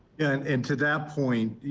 and and to that point, you